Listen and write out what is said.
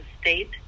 state